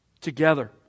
Together